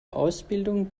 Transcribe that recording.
ausbildung